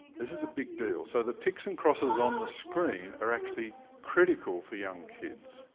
this is a big deal, so the ticks and crosses on the screen are actually critical for young kids.